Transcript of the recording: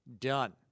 done